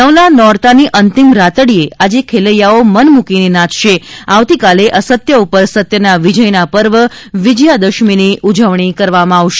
નવલા નોરતાની અંતિમ રાતડી એ આજે ખૈલેયાઓ મન મૂકીને નાયશે આવતીકાલે અસત્ય પર સત્યના વિજયના પર્વ વિજયા દશમીની ઉજવણી કરવામાં આવશે